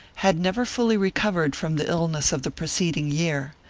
had never fully recovered from the illness of the preceding year.